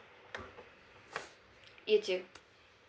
you too